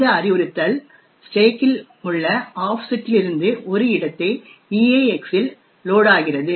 இந்த அறிவுறுத்தல் ஸ்டேக்கில் உள்ள ஆஃப்செட்டிலிருந்து ஒரு இடத்தை EAX இல் லோடாகிறது